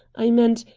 i meant,